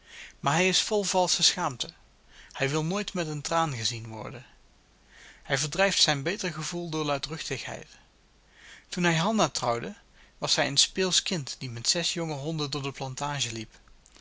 maar hij is vol valsche schaamte hij wil nooit met een traan gezien worden hij verdrijft zijn beter gevoel door luidruchtigheid toen hij hanna trouwde was zij een speelsch kind die met zes jonge honden door de plantage liep